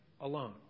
alone